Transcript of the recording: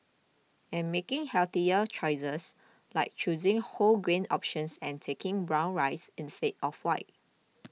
and making healthier choices like choosing whole grain options and taking brown rice instead of white